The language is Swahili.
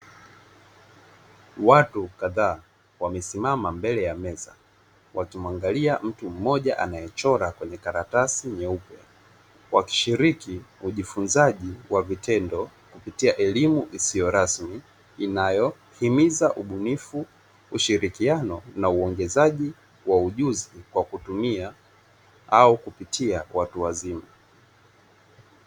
Watu kadhaa wamesimama mbele ya meza wakimuangalia mtu mmoja anayechora kwenye karatasi nyeupe, wakishiriki ujifunzaji wa vitendo kupitia elimu isiyorasmi inayohimiza ubunifu, ushirikiano na uongezaji wa ujuzi wa kutumia au kupitia watu wazima.